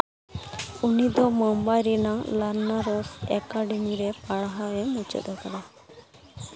ᱩᱱᱤ ᱫᱚ ᱢᱩᱢᱵᱟᱭ ᱨᱮᱱᱟᱜ ᱞᱟᱨᱱᱟᱨᱚᱥ ᱮᱠᱟᱰᱮᱢᱤ ᱨᱮ ᱯᱟᱲᱦᱟᱣᱮ ᱢᱩᱪᱟᱹᱫ ᱟᱠᱟᱫᱟ